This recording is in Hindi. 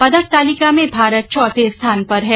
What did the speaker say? पदक तालिका में भारत चौथे स्थान पर है